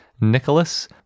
Nicholas